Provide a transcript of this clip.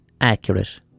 accurate